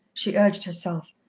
she urged herself.